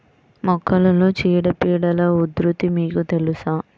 మొక్కలలో చీడపీడల ఉధృతి మీకు తెలుసా?